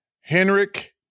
Henrik